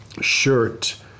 shirt